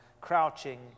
crouching